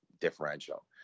differential